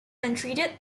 untreated